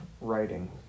writing